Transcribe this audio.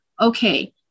okay